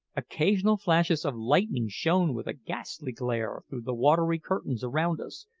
occasional flashes of lightning shone with a ghastly glare through the watery curtains around us,